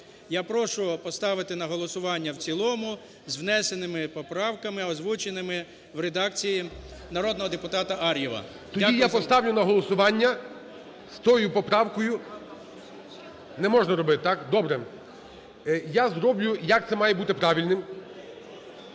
Я прошу поставити на голосування в цілому з внесеними поправками, озвученими в редакції народного депутата Ар'єва. ГОЛОВУЮЧИЙ. Тоді я поставлю на голосування з тою поправкою… Не можна робити, так? Добре. Я зроблю, як це має бути правильним.